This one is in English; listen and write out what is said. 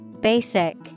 Basic